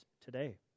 today